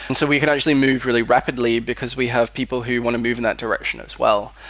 and so we can actually move really rapidly, because we have people who want to move in that direction as well.